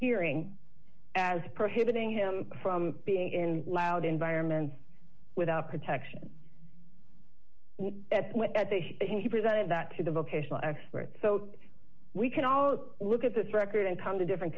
hearing as prohibiting him from being in loud environments without protection and that he presented that to the vocational expert so we can all look at this record and come to different